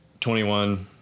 21